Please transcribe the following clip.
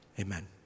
amen